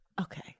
Okay